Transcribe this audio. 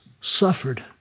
suffered